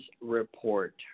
report